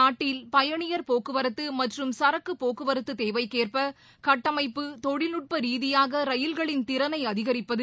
நாட்டில் பயணியர் போக்குவரத்து மற்றும் சரக்குப்போக்குவரத்து தேவைக்கேற்ப கட்டமைப்பு தொழில்நுட்ப ரீதியாக ரயில்களின் திறனை அதிகரிப்பது